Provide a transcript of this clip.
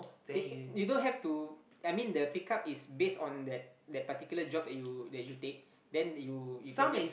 it it you don't have to I mean the pick up is based on that that particular job that you that you take then you you can just